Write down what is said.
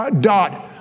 dot